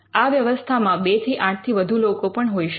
આ વ્યવસ્થામાં 2 થી 8 થી વધુ લોકો પણ હોઈ શકે